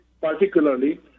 particularly